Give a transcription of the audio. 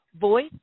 voice